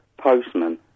postman